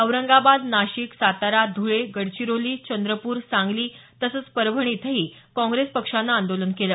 औरंगाबाद नाशिक सातारा धुळे गडचिरोली चंद्रपूर सांगली तसंच परभणी इथंही काँग्रेस पक्षानं आंदोलन केलं